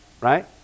right